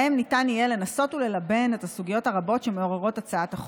שבהם ניתן יהיה לנסות וללבן את הסוגיות הרבות שמעוררת הצעת החוק.